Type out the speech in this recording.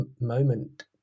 moment